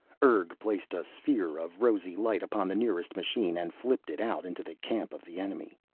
urg placed a sphere of rosy light upon the nearest machine and flipped it out into the camp of the enemy.